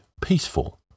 peaceful